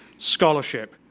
scholarship,